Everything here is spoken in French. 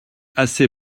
assez